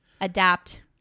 adapt